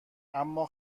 اما